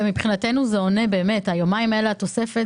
ומבחינתנו, זה עונה באמת, היומיים האלה, התוספת.